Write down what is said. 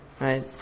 Right